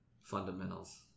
Fundamentals